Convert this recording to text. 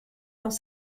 dans